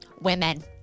Women